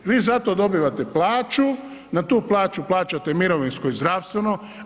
Vi za to dobivate plaću, na tu plaću plaćate mirovinsko i zdravstveno.